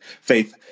faith